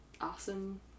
awesome